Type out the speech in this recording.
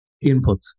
input